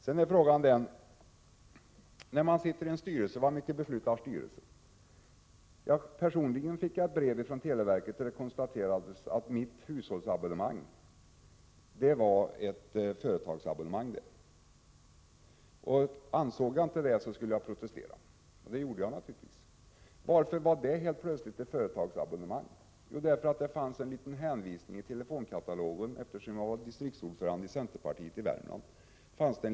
Sedan är frågan hur mycket en styrelse beslutar. Personligen fick jag ett brev från televerket där det konstaterades att mitt hushållsabonnemang var ett företagsabonnemang och att jag, om jag inte ansåg detta, skulle protestera. Det gjorde jag naturligtvis. Varför var nu mitt abonnemang helt plötsligt ett företagsabonnemang? Jo, det finns en hänvisning till mitt privata telefonnummer i telefonkatalogen eftersom jag är distriktsordförande för centerpartiet i Värmland.